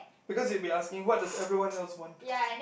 because you will be asking what does everyone else want